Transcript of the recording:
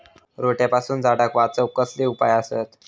रोट्यापासून झाडाक वाचौक कसले उपाय आसत?